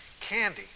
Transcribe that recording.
Candy